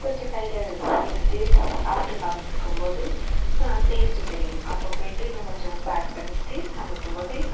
கொஞ்சம் கையில் எடுத்து சாப்பிட்டு பார்க்கும்போது டேஸ்ட் தெரியும் அப்போ போய்விட்டு இன்னும் கொஞ்சம் உப்பை ஆட் பண்ணிவிட்டு சமைக்கும்போது